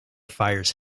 fires